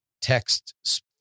text